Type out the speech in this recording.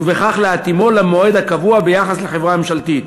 ובכך להתאימו למועד הקבוע ביחס לחברה ממשלתית.